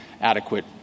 adequate